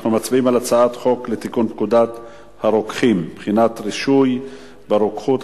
אנחנו מצביעים על הצעת חוק לתיקון פקודת הרוקחים (בחינת רישוי ברוקחות),